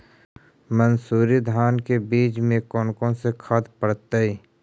मंसूरी धान के बीज में कौन कौन से खाद पड़तै?